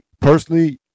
personally